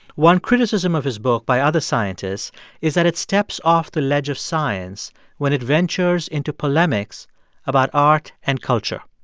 one criticism of his book by other scientists is that it steps off the ledge of science when it ventures into polemics about art and culture.